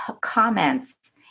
comments